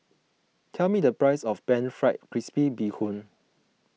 tell me the price of Pan Fried Crispy Bee Hoon